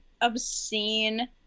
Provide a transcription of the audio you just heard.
obscene